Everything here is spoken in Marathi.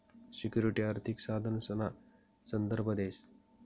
सिक्युरिटी आर्थिक साधनसना संदर्भ देस